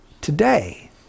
Today